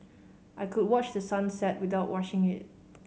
I could watch the sun set without rushing it